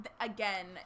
again